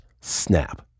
snap